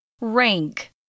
Rank